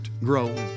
growing